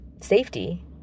safety